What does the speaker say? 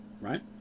right